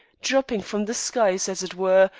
dropping from the skies, as it were,